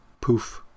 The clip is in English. poof